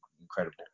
incredible